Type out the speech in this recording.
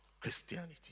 Christianity